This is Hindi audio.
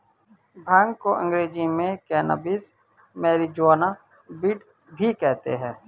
भांग को अंग्रेज़ी में कैनाबीस, मैरिजुआना, वीड भी कहते हैं